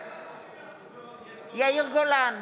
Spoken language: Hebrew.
בעד יאיר גולן,